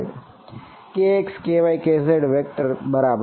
kxkykz vector બરાબર